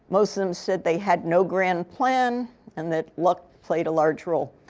most of them said they had no grand plan and that luck played a large role.